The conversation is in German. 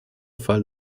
fall